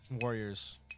Warriors